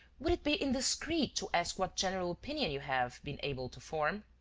would it be indiscreet to ask what general opinion you have been able to form?